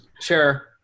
Sure